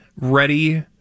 ready